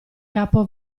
capo